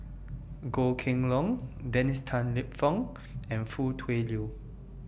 Goh Kheng Long Dennis Tan Lip Fong and Foo Tui Liew